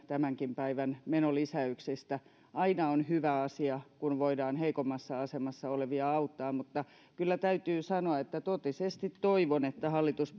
tämänkin päivän menolisäyksistä aina on hyvä asia kun voidaan auttaa heikommassa asemassa olevia mutta kyllä täytyy sanoa että totisesti toivon että hallitus